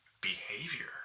behavior